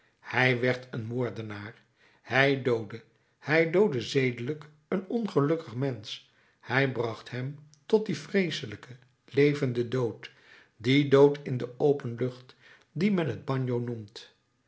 hij werd een moordenaar hij doodde hij doodde zedelijk een ongelukkig mensch hij bracht hem tot dien vreeselijken levenden dood dien dood in de open lucht dien men het bagno noemt